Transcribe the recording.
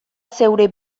zeure